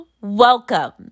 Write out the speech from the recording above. welcome